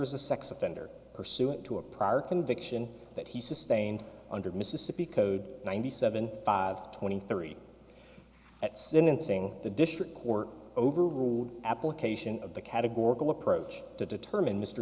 as a sex offender pursuant to a prior conviction that he sustained under mississippi code ninety seven twenty three at sentencing the district court overruled application of the categorical approach to determine mr